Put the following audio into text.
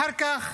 אחר כך,